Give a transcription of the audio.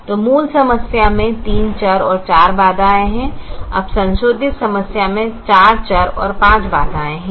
तो मूल समस्या में 3 चर और 4 बाधाएं हैं अब संशोधित समस्या में 4 चर और 5 बाधाएं हैं